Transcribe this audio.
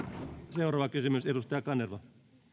seuraava kysymys edustaja kanerva